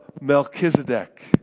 Melchizedek